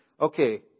Okay